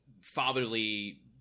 fatherly